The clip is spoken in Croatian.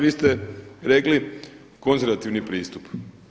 Vi ste rekli konzervativni pristup.